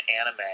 anime